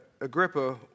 Agrippa